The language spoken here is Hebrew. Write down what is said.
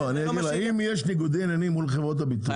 יש ניגוד עניינים מול חברות הביטוח,